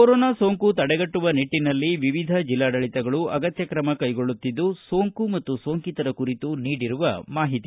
corona ಸೋಂಕು ತಡೆಗಟ್ಟುವ ನಿಟ್ಟನಲ್ಲಿ ವಿವಿಧ ಜಿಲ್ಲಾಡಳಿತಗಳು ಅಗತ್ಯ ಕ್ರಮ ಕೈಗೊಳ್ಳುತ್ತಿದ್ದು ಸೋಂಕು ಮತ್ತು ಸೋಂಕಿತರ ಕುರಿತು ನೀಡಿರುವ ಮಾಹಿತಿ